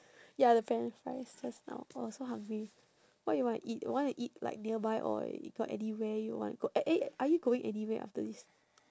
ya the french fries just now oh so hungry what you wanna eat you wanna eat like nearby or got anywhere you wanna go eh are you going anywhere after this